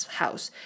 house